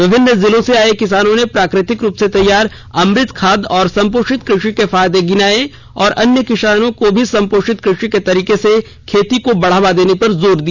विभिन्न जिलों से आये किसानों ने प्राकृतिक रूप से तैयार अमृत खाद और संपोषित कृषि के फायदे गिनाए और अन्य किसानों को भी संपोषित कृषि के तरीके से खेती को बढ़ावा देने पर जोर दिया